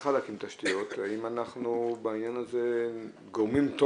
צריכה להקים תשתיות האם אנחנו בעניין הזה גורמים טוב